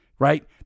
right